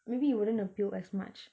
maybe it wouldn't appeal as much